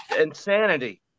Insanity